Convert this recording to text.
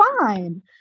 fine